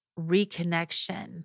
reconnection